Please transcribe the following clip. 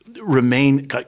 remain